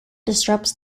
disrupts